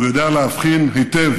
הוא יודע להבחין היטב